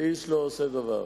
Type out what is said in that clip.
ואיש לא עושה דבר.